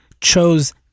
chose